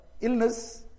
illness